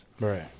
Right